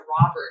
Robert